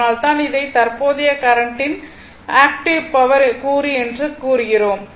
அதனால்தான் இதை கரண்ட்டின் ஆக்டிவ் பவர் கூறு என்று அழைக்கிறோம்